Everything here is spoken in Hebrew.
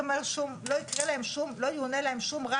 גם לא יאונה להם שום רע.